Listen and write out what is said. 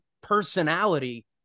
personality